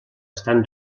estan